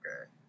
Okay